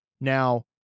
Now